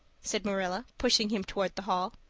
said marilla, pushing him toward the hall.